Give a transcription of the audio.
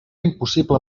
impossible